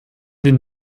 den